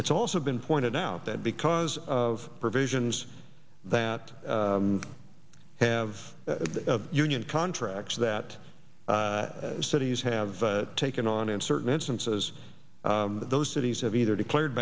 it's also been pointed out that because of provisions that have union contracts that cities have taken on in certain instances those cities have either declared